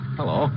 hello